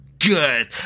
good